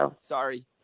Sorry